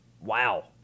wow